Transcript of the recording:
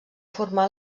formar